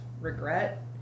regret